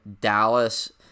Dallas